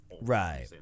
Right